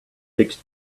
fixed